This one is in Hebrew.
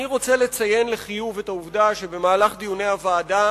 אני רוצה לציין לחיוב את העובדה שבמהלך דיוני הוועדה